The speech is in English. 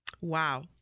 Wow